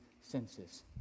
senses